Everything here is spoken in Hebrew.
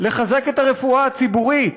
לחזק את הרפואה הציבורית.